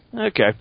okay